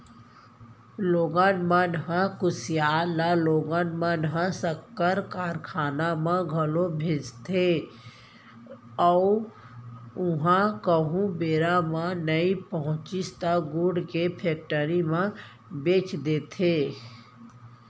लोगन मन ह कुसियार ल लोगन मन ह सक्कर कारखाना म घलौ भेजथे अउ उहॉं कहूँ बेरा म नइ पहुँचिस त गुड़ के फेक्टरी म भेज देथे